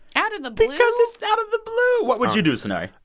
out of the blue because it's out of the blue. what would you do, sonari?